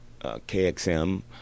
KXM